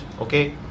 okay